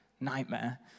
Nightmare